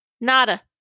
Nada